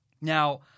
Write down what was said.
Now